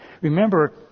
Remember